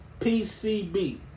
PCB